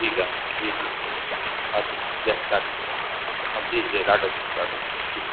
ठीकु आहे जी जी हा जी हा जी ॾाढो सुठो ॾाढो सुठो जी